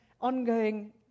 ongoing